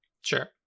Sure